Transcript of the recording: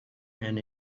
and